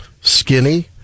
skinny